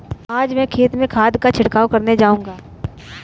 आज मैं खेत में खाद का छिड़काव करने जाऊंगा